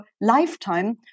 lifetime